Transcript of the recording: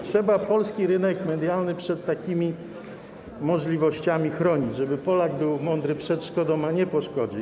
Trzeba polski rynek medialny przed takimi możliwościami chronić - żeby Polak był mądry przed szkodą, a nie po szkodzie.